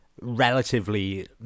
relatively